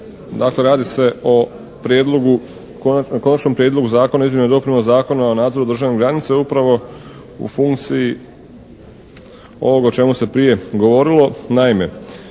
prijedlogu, o Konačnom prijedlogu Zakona o izmjenama i dopunama Zakona o nadzoru državne granice upravo u funkciji ovog o čemu se prije govorilo.